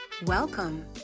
Welcome